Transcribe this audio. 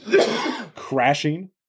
crashing